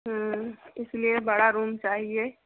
इसीलिए बड़ा रूम चाहिए